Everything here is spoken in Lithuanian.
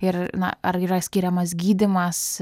ir na ar yra skiriamas gydymas